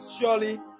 Surely